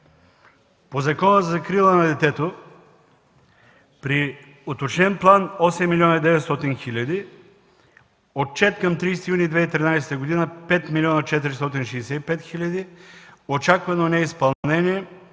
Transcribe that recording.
По Закона за закрила на детето – при уточнен план 8 млн. 900 хил. лв., отчет към 30 юни 2013 г. – 5 млн. 465 хил. лв., очаквано изпълнение